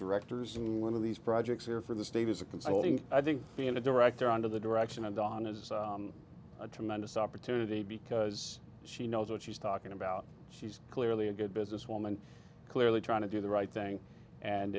directors in one of these projects or for the status of consulting i think being a director under the direction of dawn is a tremendous opportunity because she knows what she's talking about she's clearly a good business woman clearly trying to do the right thing and